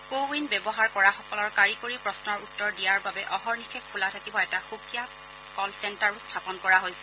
CoWIN ব্যৱহাৰ কৰাসকলৰ কাৰিকৰী প্ৰশ্নৰ উত্তৰ দিয়াৰ বাবে অহৰ্নিশে খোলা থকা এটা সুকীয়া কল চেণ্টাৰো স্থাপন কৰা হৈছে